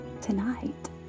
tonight